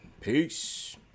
peace